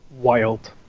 Wild